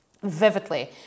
Vividly